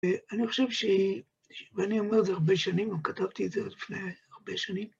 ואני חושב ש... ואני אומר את זה הרבה שנים, כתבתי את זה עוד לפני הרבה שנים,